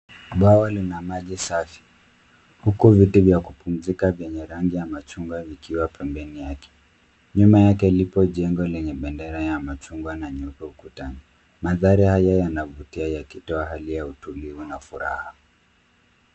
Bwawa lina maji safi, huku viti vya kupumzika vyenye rangi ya machungwa ikiwa pembeni yake. Nyuma yake lipo jengo lenye bendera ya machungwa na nyeupe ukutani. Mandhari hayo yanavutia yakitoa hali ya utulivu na furaha.